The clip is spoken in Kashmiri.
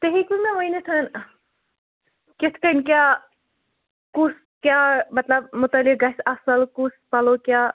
تُہۍ ہیٚکِو مےٚ ؤنِتھ کِتھ کٔنۍ کیٛاہ کُس کیٛاہ مطلب مُتعلِق گژھِ اَصٕل کُس پَلو کیاہ